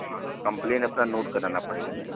हाँ हाँ कंप्लेन अपना नोट कराना पड़ेगा न